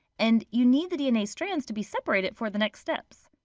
and you need the dna strands to be separated for the next steps.